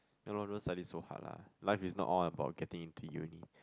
you know don't study so hard lah life is not all about getting into uni